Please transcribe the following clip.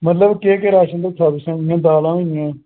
मतलब केह् केह् राशन रक्खे दा तुसें इंया दालां होइयां